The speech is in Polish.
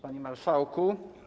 Panie Marszałku!